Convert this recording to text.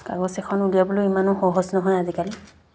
কাগজ এখন উলিয়াবলৈ ইমানো সহজ নহয় আজিকালি